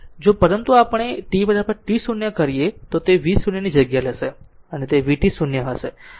તેથી પરંતુ હવે જો આપણે તેને t t 0 કરીએ તો તે v 0 ની જગ્યા હશે તે vt 0 હશે